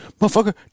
Motherfucker